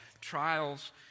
Trials